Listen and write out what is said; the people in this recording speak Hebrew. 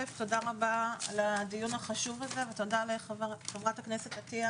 תודה רבה על הדיון החשוב הזה ולחברת הכנסת עטייה